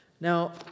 Now